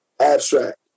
abstract